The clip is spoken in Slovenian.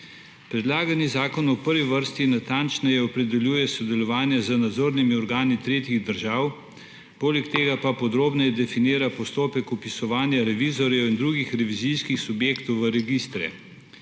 Predlagani zakon v prvi vrsti natančneje opredeljuje sodelovanje z nadzornimi organi tretjih držav, poleg tega pa podrobneje definira postopek vpisovanja revizorjev in drugih revizijskih subjektov v registre.